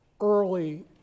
early